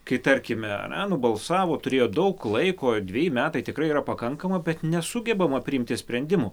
kai tarkime ane nubalsavo turėjo daug laiko dveji metai tikrai yra pakankama bet nesugebama priimti sprendimų